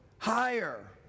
Higher